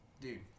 Dude